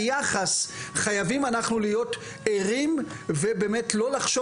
חייבים אנחנו להיות ערים ולא לחשוב